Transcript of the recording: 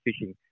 fishing